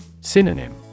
Synonym